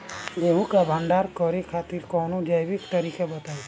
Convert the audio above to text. गेहूँ क भंडारण करे खातिर कवनो जैविक तरीका बताईं?